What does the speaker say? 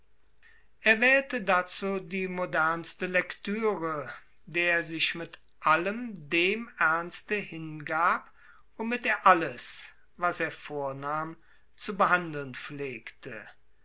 er wählte dazu die modernste lektüre der er sich mit allem dem ernste hingab womit er alles was er vornahm zu behandeln pflegte